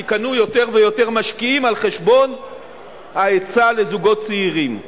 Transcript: כי קנו יותר ויותר משקיעים על חשבון ההיצע לזוגות צעירים.